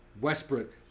Westbrook